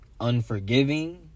unforgiving